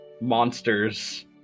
monsters